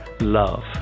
love